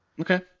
Okay